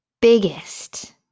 biggest